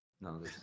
No